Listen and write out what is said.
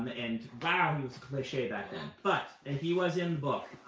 and wow, he was cliche back then. but and he was in book.